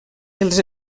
els